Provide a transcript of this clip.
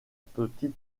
petite